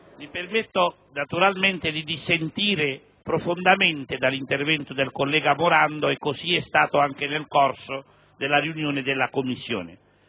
mi permetto di dissentire profondamente dall'intervento del collega Morando, come è avvenuto anche nel corso della riunione della Commissione.